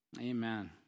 Amen